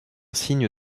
signe